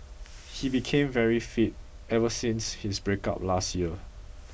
he became very fit ever since his breakup last year